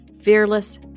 fearless